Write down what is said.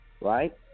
right